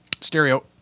Stereo